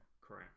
crap